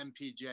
MPJ